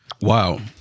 Wow